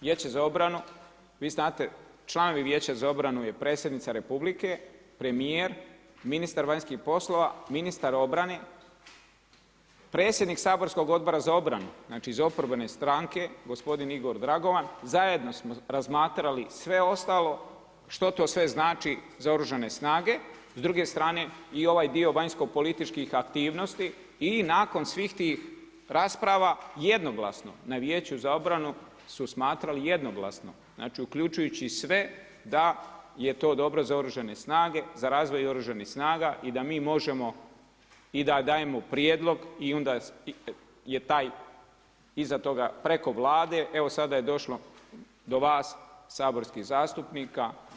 Vi znate članovi Vijeća za obranu je Predsjednica Republike, premijer, ministar vanjskih poslova, ministar obrane, predsjednik saborskog Odbora za obranu, znači iz oporbene stranke gospodin Igor Dragovan, zajedno smo razmatrali sve ostalo što to sve znači za Oružane snage s druge strane i ovaj dio vanjsko-političkih aktivnosti i nakon svih tih rasprava, jednoglasno na Vijeću za obranu su smatrali jednoglasno, znači uključujući sve da je to dobro za Oružane snage, za razvoj Oružanih snaga i da mi možemo i da dajemo prijedlog i onda je taj, iza toga, preko Vlade, evo sada je došlo do vas, saborskih zastupnika.